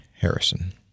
Harrison